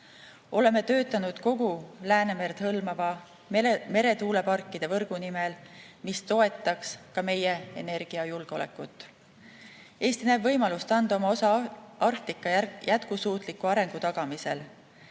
Oleme töötanud kogu Läänemerd hõlmava meretuuleparkide võrgu nimel, mis toestaks ka meie energiajulgeolekut. Eesti näeb võimalust anda oma osa Arktika jätkusuutliku arengu tagamisel.